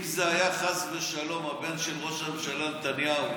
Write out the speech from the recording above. הרי אם זה היה חס ושלום הבן של ראש הממשלה נתניהו,